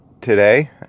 today